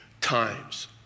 times